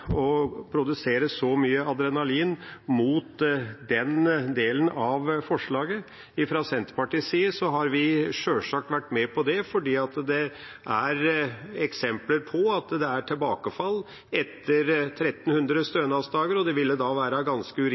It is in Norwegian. å produsere så mye adrenalin mot den delen av forslaget. Fra Senterpartiets side har vi sjølsagt vært med på det fordi det er eksempler på at det er tilbakefall etter 1 300 stønadsdager, og det ville være ganske